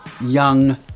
young